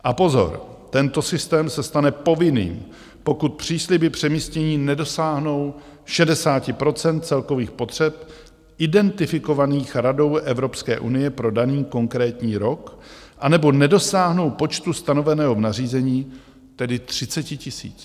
A pozor, tento systém se stane povinným, pokud přísliby přemístění nedosáhnout 60 % celkových potřeb identifikovaných Radou Evropské unie pro daný konkrétní rok anebo nedosáhnou počtu stanoveného nařízení, tedy 30 000.